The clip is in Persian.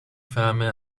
فهمه